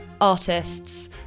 artists